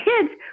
kids